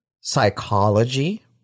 psychology